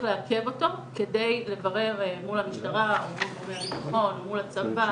לעכב אותו כדי לברר מול המשטרה או מול גורמי הביטחון או מול הצבא,